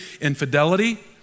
infidelity